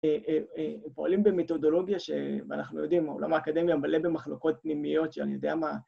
א-א-א-‫פועלים במתודולוגיה ש...אנחנו יודעים, ‫עולם האקדמיה מלא במחלוקות פנימיות, ‫שאני יודע מה...